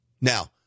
Now